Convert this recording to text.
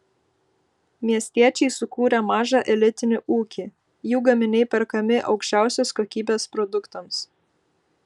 miestiečiai sukūrė mažą elitinį ūkį jų gaminiai perkami aukščiausios kokybės produktams